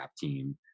team